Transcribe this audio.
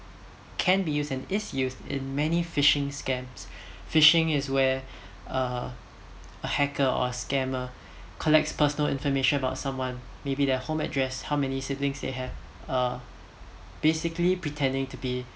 can be used and is used in many phishing scams phishing is where uh a hacker or a scammer collects personal information about someone maybe their home address how many siblings they have uh basically pretending to be